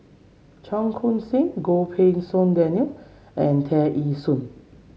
Cheong Koon Seng Goh Pei Siong Daniel and Tear Ee Soon